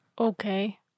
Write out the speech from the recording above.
Okay